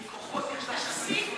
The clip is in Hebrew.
התשע"ו 2016,